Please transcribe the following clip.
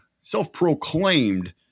self-proclaimed